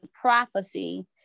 prophecy